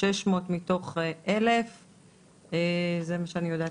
כ-600 מתוך 1,000. זה מה שאני יודעת